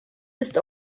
ist